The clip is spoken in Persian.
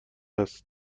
است